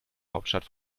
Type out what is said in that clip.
hauptstadt